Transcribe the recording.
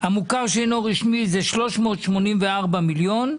המוכר שאינו רשמי זה 384 מיליון,